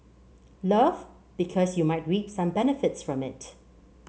love because you might reap some benefits from it